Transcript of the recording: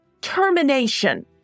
termination